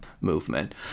movement